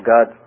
God